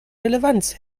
relevanz